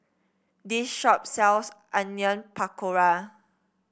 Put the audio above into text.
this shop sells Onion Pakora